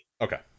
Okay